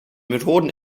methoden